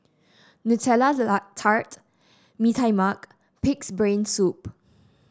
Nutella Tart Mee Tai Mak pig's brain soup